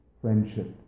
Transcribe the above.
friendship